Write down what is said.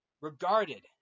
regarded